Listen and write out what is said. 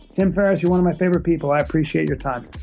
tim ferriss, you're one of my favorite people. i appreciate your time.